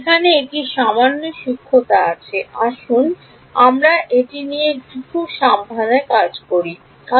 এখানে একটি সামান্য সূক্ষ্মতা আছে আসুন আমরা এটি একটু সাবধানে লিখুন